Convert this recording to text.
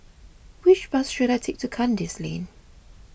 which bus should I take to Kandis Lane